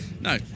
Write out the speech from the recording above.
no